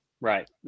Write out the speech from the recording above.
right